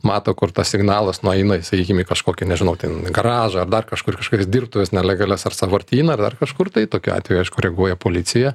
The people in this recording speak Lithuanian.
mato kur tas signalas nueina į sakykim į kažkokį nežinau ten į garažą ar dar kažkur į kažkokias dirbtuves nelegalias ar sąvartyną ar dar kažkur tai tokiu atveju aišku reaguoja policija